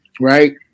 right